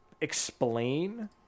explain